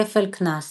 כפל קנס